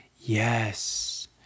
Yes